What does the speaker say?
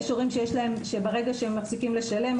יש הורים שברגע שהם מפסיקים לשלם,